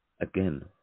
Again